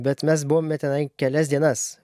bet mes buvome tenai kelias dienas